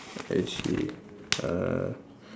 I see uh